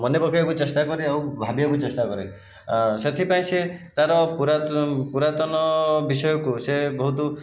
ମନେପକେଇବାକୁ ଚେଷ୍ଟା କରେ ଆଉ ଭାବିବାକୁ ଚେଷ୍ଟା କରେ ଆଉ ସେଥିପାଇଁ ସେ ତାର ପୁରା ପୁରାତନ ବିଷୟକୁ ସେ ବହୁତ